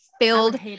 filled